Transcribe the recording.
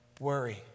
worry